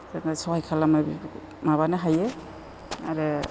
जोङो सहाय खालामो बेफोरखौ माबानो हायो आरो